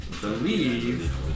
believe